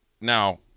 now